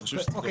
זה אחד.